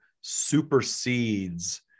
supersedes